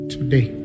Today